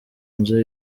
nzu